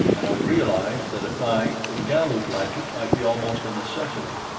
and i realized that at night the galu blanket might be almost a necessity.